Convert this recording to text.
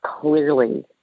clearly